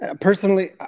Personally